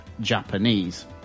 Japanese